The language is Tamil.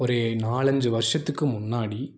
ஒரு நாலு அஞ்சு வருடத்துக்கு முன்னாடி